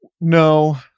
No